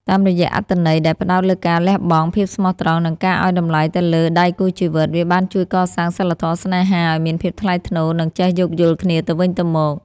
តាមរយៈអត្ថន័យដែលផ្ដោតលើការលះបង់ ភាពស្មោះត្រង់ និងការឱ្យតម្លៃទៅលើដៃគូជីវិត វាបានជួយកសាងសីលធម៌ស្នេហាឱ្យមានភាពថ្លៃថ្នូរ និងចេះយោគយល់គ្នាទៅវិញទៅមក។